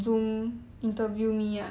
mm